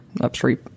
upstream